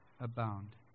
abound